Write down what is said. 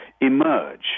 emerge